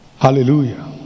Hallelujah